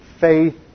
Faith